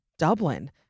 Dublin